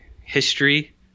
history